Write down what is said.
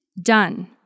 done